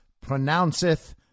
pronounceth